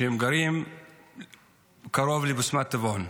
שגרים קרוב לבסמת טבעון.